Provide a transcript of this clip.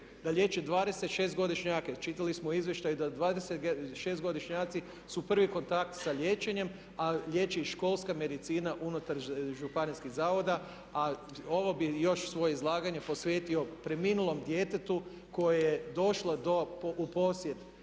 da liječe 26-godišnjake. Čitali smo u izvještaju da 26-godišnjaci su prvi kontakt sa liječenjem, a liječi ih školska medicina unutar županijskih zavoda. A ovo bih svoje izlaganje posvetio preminulom djetetu koje je došlo u posjed